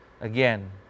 again